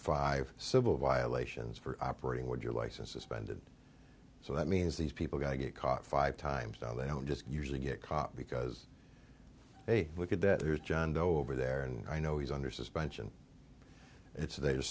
five civil violations for operating with your license suspended so that means these people got to get caught five times now they don't just usually get caught because they look at that there's john doe over there and i know he's under suspension it's they